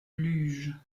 luge